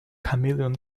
chameleon